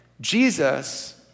Jesus